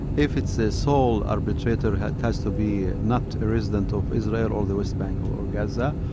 if it's a sole arbitrator it has has to be not a resident of israel or the west bank or gaza,